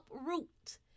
uproot